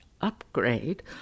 upgrade